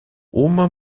uma